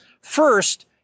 First